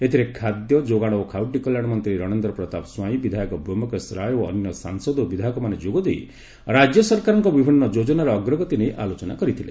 ଏଥିରେ ଖାଦ୍ୟ ଯୋଗାଣ ଓ ଖାଉଟି କଲ୍ୟାଣ ମନ୍ତୀ ରଣେନ୍ର ପ୍ରତାପ ସ୍ୱାଇଁ ବିଧାୟକ ବ୍ୟୋମକେଶ ରାୟ ଓ ଅନ୍ୟ ସାଂସଦ ବିଧାୟକ ଯୋଗ ଦେଇ ରାକ୍ୟ ସରକାରଙ୍କ ବିଭିନୁ ଯୋକନାର ଅଗ୍ରଗତି ନେଇ ଆଲୋଚନା କରିଥିଲେ